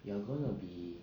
you are going to be